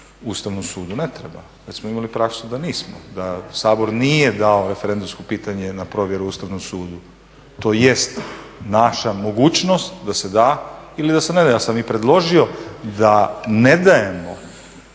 Ustavnom sudu. Ne treba. Već smo imali praksu da nismo, da Sabor nije dao referendumsko pitanje na provjeru Ustavnom sudu. To jest naša mogućnost da se da ili da se ne da. Ja sam i predložio da ne dajemo